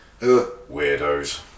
Weirdos